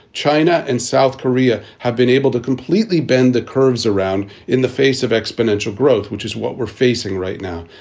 china and south korea have been able to completely bend the curves around in the face of exponential growth, which is what we're facing right now.